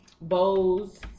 Bose